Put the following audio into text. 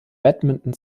badminton